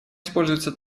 используется